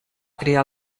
crear